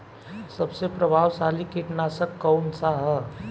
सबसे प्रभावशाली कीटनाशक कउन सा ह?